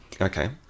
Okay